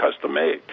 custom-made